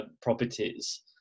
properties